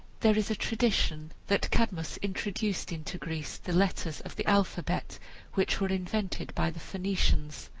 there is a tradition that cadmus introduced into greece the letters of the alphabet which were invented by the phoenicians.